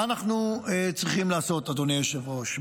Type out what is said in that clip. מה אנחנו צריכים לעשות, אדוני היושב-ראש?